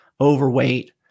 overweight